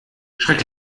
schreck